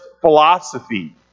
philosophy